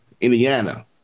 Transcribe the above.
Indiana